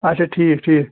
اچھا ٹھیٖک ٹھیٖک